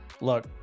look